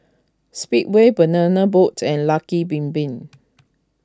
Speedway Banana Boat and Lucky Bin Bin